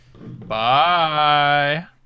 Bye